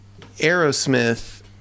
Aerosmith